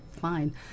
fine